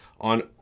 on